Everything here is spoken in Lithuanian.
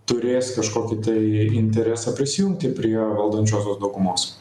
turės kažkokį tai interesą prisijungti prie valdančiosios daugumos